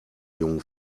jungen